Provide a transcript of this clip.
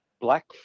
black